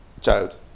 child